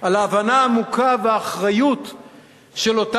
על ההבנה העמוקה והאחריות שלהם,